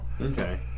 Okay